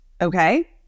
Okay